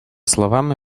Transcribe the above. словами